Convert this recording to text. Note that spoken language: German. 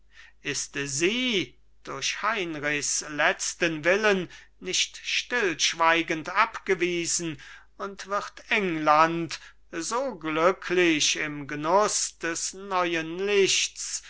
ist sie durch heinrichs letzten willen nicht stillschweigend abgewiesen und wird england so glücklich im genuß des neuen lichts